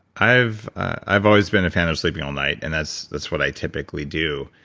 i've i've always been a fan of sleeping all night and that's that's what i typically do.